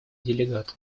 делегату